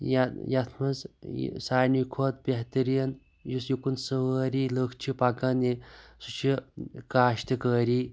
یا یتھ منٛز ساروٕے کھۄتہٕ بہتٔرین یُس یُکُن سٲری لُکھ چھِ پَکان سُہ چھِ کاشتہٕ کٲری